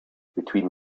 between